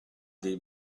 dei